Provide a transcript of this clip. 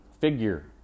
figure